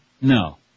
No